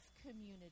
community